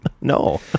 No